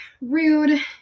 rude